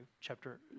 chapter